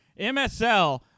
MSL